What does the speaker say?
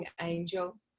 angel